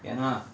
ஏனா:yaenaa